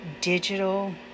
digital